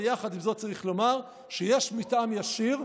צריך לומר שיש מתאם ישיר,